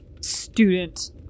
student